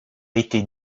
été